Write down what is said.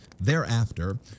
Thereafter